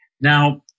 Now